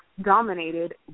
dominated